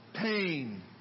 pain